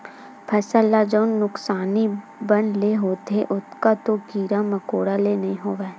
फसल ल जउन नुकसानी बन ले होथे ओतका तो कीरा मकोरा ले नइ होवय